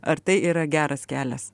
ar tai yra geras kelias